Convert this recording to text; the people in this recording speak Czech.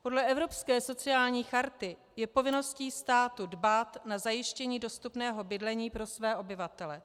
Podle Evropské sociální charty je povinností státu dbát na zajištění dostupného bydlení pro své obyvatele.